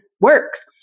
works